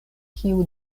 kiu